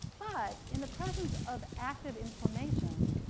but in the presence of active inflammation,